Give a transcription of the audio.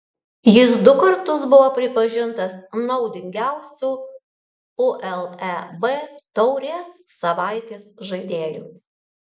jis du kartus buvo pripažintas naudingiausiu uleb taurės savaitės žaidėju